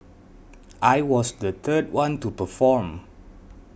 I was the third one to perform